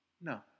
No